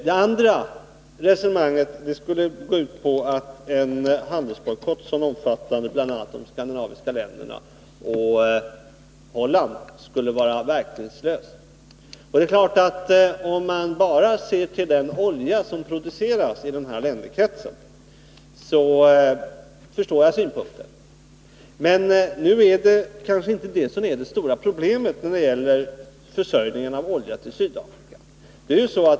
Det andra resonemanget går ut på att en handelsbojkott som omfattar bl.a. de skandinaviska länderna och Holland skulle vara verkningslös. Det är klart att jag förstår synpunkten, om man bara ser på den olja som produceras i den länderkretsen. Men nu är det kanske inte detta som är det stora problemet när det gäller försörjningen med olja i Sydafrika.